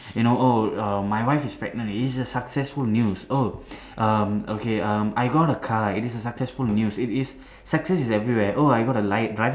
you know oh um my wife is pregnant it is a successful news oh um okay um I got a car it is a successful news it is success is everywhere oh I got a li~ driving